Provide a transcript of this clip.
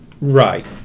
Right